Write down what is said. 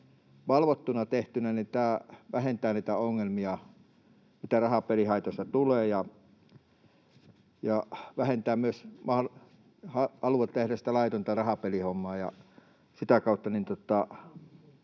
valvottuna tehtynä tämä vähentää niitä ongelmia, mitä rahapelihaitoista tulee, ja vähentää myös halua tehdä laitonta rahapelihommaa